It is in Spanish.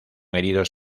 heridos